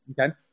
Okay